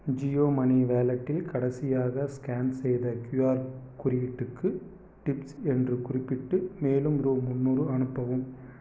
Jio money வாலெட்டில் கடைசியாக scan செய்த கியூஆர் குறியீட்டுக்கு டிப்ஸ் என்று குறிப்பிட்டு மேலும் ரூ முந்நூறு அனுப்பவும்